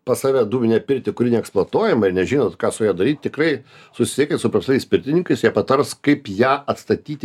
pas save dūminę pirtį kuri neeksploatuojama ir nežinot ką su ja daryt tikrai susisiekit su profesionaliais pirtininkais jie patars kaip ją atstatyti